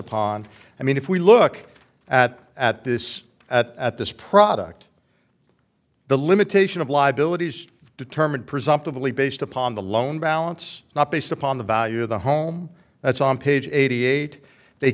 upon i mean if we look at at this at this product the limitation of liability is determined presumptively based upon the loan balance not based upon the value of the home that's on page eighty eight they